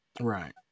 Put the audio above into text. Right